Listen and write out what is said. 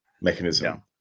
mechanism